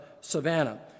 Savannah